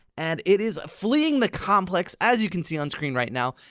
and it is fleeing the complex, as you can see on-screen right now,